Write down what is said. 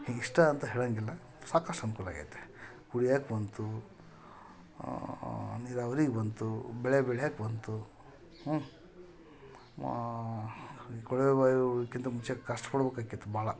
ಇಷ್ಟು ಅಂತ ಹೇಳೊಂಗಿಲ್ಲ ಸಾಕಷ್ಟು ಅನುಕೂಲ ಆಗೈತೆ ಕುಡಿಯಕೆ ಬಂತು ನೀರಾವರಿಗೆ ಬಂತು ಬೆಳೆ ಬೆಳ್ಯಾಕೆ ಬಂತು ಈ ಕೊಳವೆ ಬಾವಿಗಳಿಗಿಂತ ಮುಂಚೆ ಕಷ್ಟ ಪಡ್ಬೇಕಾಕಿತ್ತು ಭಾಳ